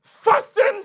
Fasting